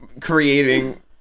creating